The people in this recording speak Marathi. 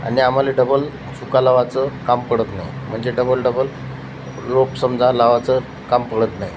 आणि आम्हाला डबल चुका लावायचं काम पडत नाही म्हणजे डबल डबल रोप समजा लावायचं काम पडत नाही